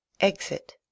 exit